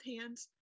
hands